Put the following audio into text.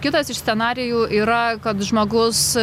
kitas iš scenarijų yra kad žmogus